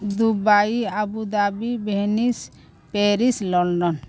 Dubai Abu Dhabi Venice Paris London